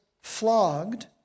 flogged